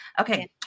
Okay